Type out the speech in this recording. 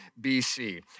BC